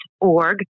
org